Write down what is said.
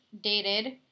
dated